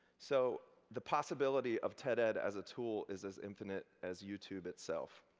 so, the possibility of ted-ed as a tool is as infinite as youtube itself.